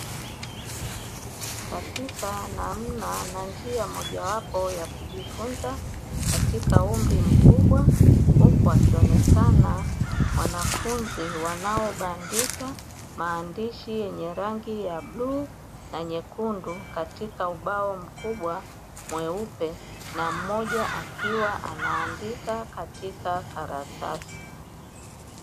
Katika namna na njia mojawapo ya kujifunza katika umri mkubwa, huku wakionekana wanafunzi wanaobandika maandishi yenye rangi ya bluu na nyekundu, katika ubao mkubwa mweupe na mmoja akiwa anaandika katika karatasi.